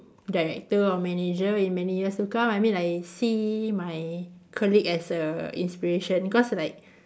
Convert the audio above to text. director or manager in many years to come I mean I see my colleague as a inspiration cause like